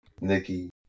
Nikki